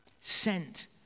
sent